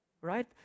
right